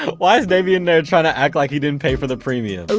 why is davey in there tryna act like he didn't pay for the premium?